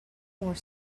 more